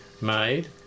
made